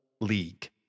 league